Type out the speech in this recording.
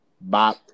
Bop